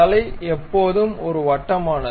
தலை எப்போதும் ஒரு வட்டமானது